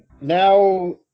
now